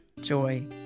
joy